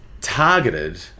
targeted